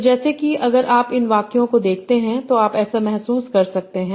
तो जैसे कि अगर आप इन वाक्यों को देखते हैं तो आप ऐसा महसूस कर सकते हैं